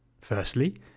Firstly